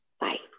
bye